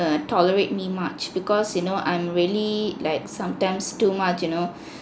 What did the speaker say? err tolerate me much because you know I'm really like sometimes too much you know